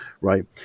right